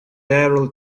barrel